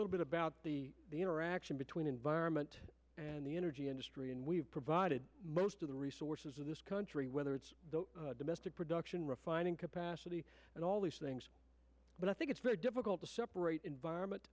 little bit about the the interaction between environment and the energy industry and we've provided most of the resources of this country whether it's domestic production refining capacity and all these things but i think it's very difficult to separate